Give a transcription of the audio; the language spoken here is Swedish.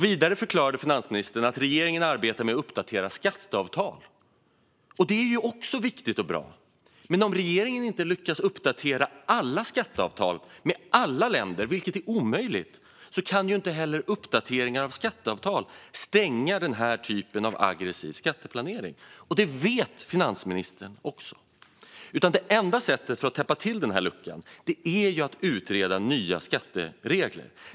Vidare förklarade finansministern att regeringen arbetar med att uppdatera skatteavtal. Det är också viktigt och bra. Men om regeringen inte lyckas uppdatera alla skatteavtal med alla länder, vilket är omöjligt, kan inte heller uppdateringar av skatteavtal stoppa denna typ av aggressiv skatteplanering. Det vet finansministern. Det enda sättet att täppa till detta hål är att utreda nya skatteregler.